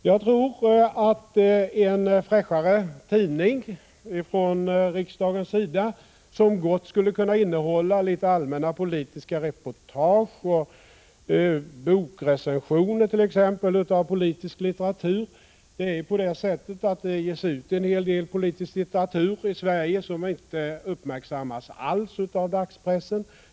Jag tror att riksdagen skulle behöva en fräschare tidning, som gott skulle kunna innehålla litet allmänna politiska reportage och bokrecensioner av politisk litteratur. Det ges ut en hel del politisk litteratur i Sverige som inte uppmärksammas alls av dagspressen.